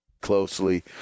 closely